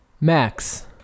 Max